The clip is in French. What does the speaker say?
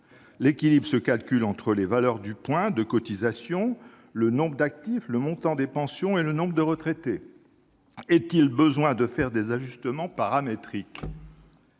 L'équilibre s'établit entre la valeur du point de cotisation, le nombre d'actifs, le montant des pensions et le nombre de retraités. Est-il besoin de faire des ajustements paramétriques